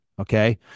Okay